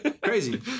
Crazy